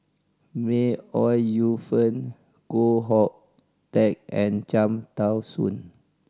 May Ooi Yu Fen Koh Hoon Teck and Cham Tao Soon